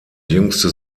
jüngste